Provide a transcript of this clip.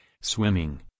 swimming